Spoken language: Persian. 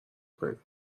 کنید